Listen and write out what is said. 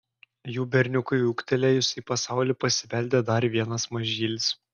jų berniukui ūgtelėjus į pasaulį pasibeldė dar vienas mažylis